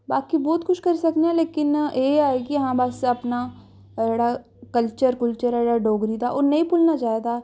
बाकी बौह्त कुछ करी सकने आं लेकिन एह् ऐ कि हां बस अपना जेह्ड़ा कल्चर कुल्चर ऐ जेह्ड़ा डोगरी दा ओह् नेईं भुल्लना चाहिदा